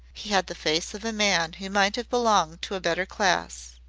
he had the face of a man who might have belonged to a better class.